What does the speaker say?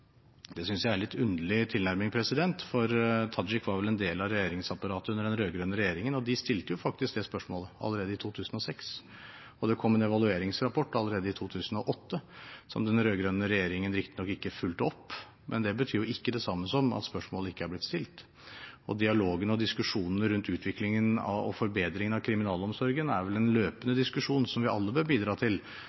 Det synes jeg er en litt underlig tilnærming, for Tajik var vel en del av regjeringsapparatet under den rød-grønne regjeringen. De stilte faktisk det spørsmålet allerede i 2006. Det kom en evalueringsrapport allerede i 2008, som den rød-grønne regjeringen riktignok ikke fulgte opp, men det betyr jo ikke det samme som at spørsmålet ikke er blitt stilt. Dialogen og diskusjonene rundt utviklingen og forbedringen av kriminalomsorgen er vel en løpende diskusjon som vi alle bør bidra til,